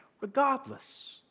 regardless